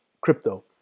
crypto